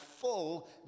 full